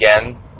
again